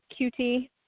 QT –